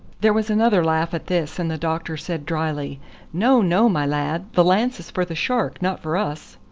there was another laugh at this, and the doctor said drily no, no, my lad the lance is for the shark, not for us.